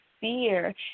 fear